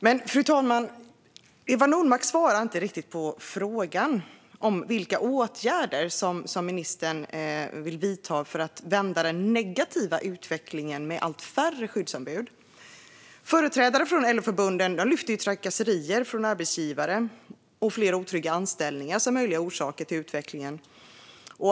Men Eva Nordmark svarar inte riktigt på frågan om vilka åtgärder ministern vill vidta för att vända den negativa utvecklingen med allt färre skyddsombud. Företrädare från LO-förbunden lyfter fram trakasserier från arbetsgivare och fler otrygga anställningar som möjliga orsaker till utvecklingen.